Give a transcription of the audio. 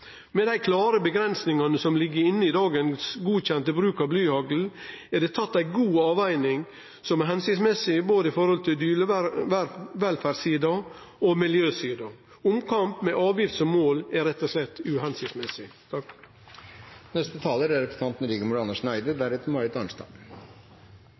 Med dei klare avgrensingane som ligg i dagens godkjende bruk av blyhagl, er det gjort ei god avveging, som er hensiktsmessig med tanke på både dyrevelferdssida og miljøsida. Omkamp med avgift som mål er rett og slett uhensiktsmessig.